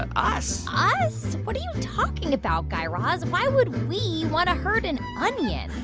ah us ah us? what are you talking about, guy raz? why would we want to hurt an onion?